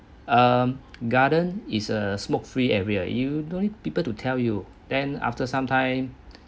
um garden is a smoke free area you don't need people to tell you then after some time